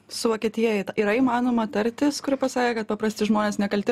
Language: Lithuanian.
su vokietija yra įmanoma tartis kuri pasakė kad paprasti žmonės nekalti